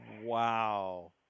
Wow